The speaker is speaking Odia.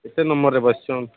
କେତେ ନମ୍ବରରେ ବସିଛନ୍